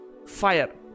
fire